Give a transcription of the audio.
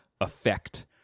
effect